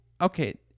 Okay